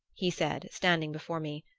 he said, standing before me,